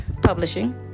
publishing